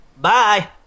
Bye